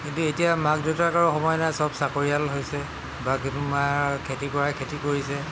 কিন্তু এতিয়া মাক দেউতাকৰো সময় নাই চব চাকৰিয়াল হৈছে বা কিছুমানৰ খেতি কৰাই খেতি কৰিছে